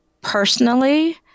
personally